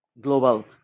global